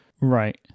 right